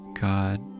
God